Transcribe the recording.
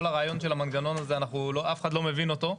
כל הרעיון של המנגנון הזה אף אחד לא מבין אותו.